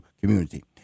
community